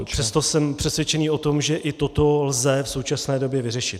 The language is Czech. Přesto jsem přesvědčený o tom, že i toto lze v současné době vyřešit.